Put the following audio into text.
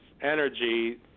energy